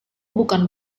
bukan